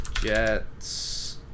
Jets